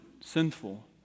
sinful